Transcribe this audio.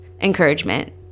encouragement